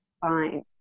fine